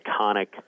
iconic